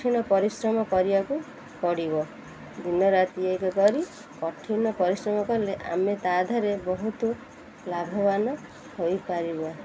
କଠିନ ପରିଶ୍ରମ କରିବାକୁ ପଡ଼ିବ ଦିନ ରାତି ଏକ କରି କଠିନ ପରିଶ୍ରମ କଲେ ଆମେ ତାଧିଅରେ ବହୁତ ଲାଭବାନ ହୋଇପାରିବା